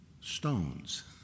stones